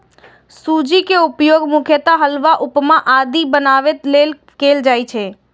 सूजी के उपयोग मुख्यतः हलवा, उपमा आदि बनाबै लेल कैल जाइ छै